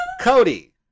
Cody